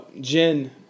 Jen